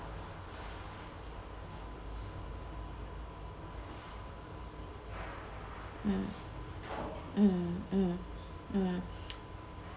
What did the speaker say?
mm mm mm mm